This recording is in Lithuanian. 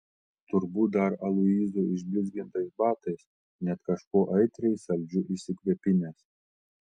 turbūt dar aloyzo išblizgintais batais net kažkuo aitriai saldžiu išsikvepinęs